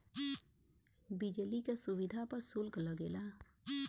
बिजली क सुविधा पर सुल्क लगेला